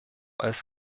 als